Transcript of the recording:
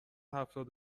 هفتاد